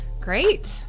Great